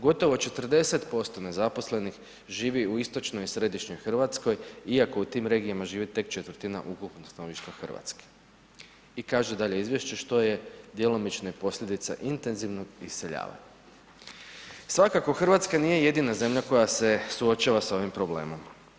Gotovo 40% nezaposlenih živi u istočnoj i središnjoj Hrvatskoj iako u tim regijama živi tek četvrtina ukupnog stanovništva Hrvatske.“ I kaže dalje Izvješće: „Što je djelomično i posljedica intenzivnog iseljavanja.“ Svakako Hrvatska nije jedina zemlja koja se suočava sa ovim problemom.